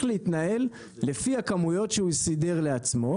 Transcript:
להתנהל לפי הכמויות שהוא סידר לעצמו,